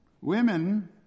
Women